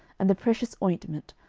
and the precious ointment,